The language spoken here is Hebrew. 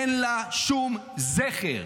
אין לה שום זכר.